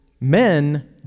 Men